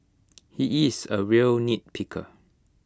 he is A real nitpicker